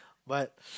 but